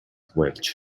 welch